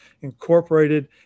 incorporated